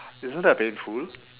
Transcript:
isn't that painful